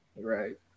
Right